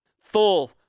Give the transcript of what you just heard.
full